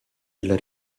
della